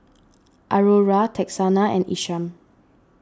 Aurora Texanna and Isham